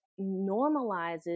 normalizes